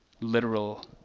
literal